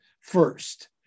first